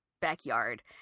backyard